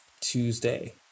Tuesday